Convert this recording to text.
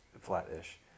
flat-ish